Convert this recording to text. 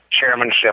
chairmanship